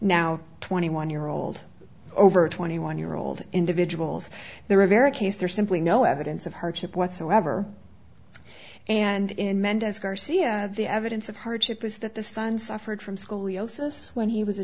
now twenty one year old over twenty one year old individuals the rivera case there's simply no evidence of hardship whatsoever and in mendez garcia the evidence of hardship is that the son suffered from school the osis when he was a